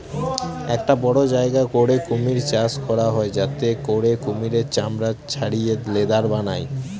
একটা বড়ো জায়গা করে কুমির চাষ করা হয় যাতে করে কুমিরের চামড়া ছাড়িয়ে লেদার বানায়